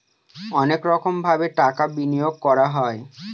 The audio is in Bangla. অনেক রকমভাবে টাকা বিনিয়োগ করা হয়